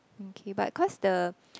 okay but cause the